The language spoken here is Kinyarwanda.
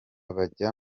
bajya